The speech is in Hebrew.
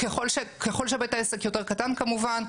ככל שבית העסק יותר קטן כמובן,